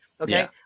Okay